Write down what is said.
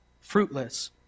fruitless